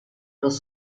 los